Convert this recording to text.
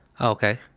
Okay